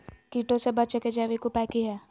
कीटों से बचे के जैविक उपाय की हैय?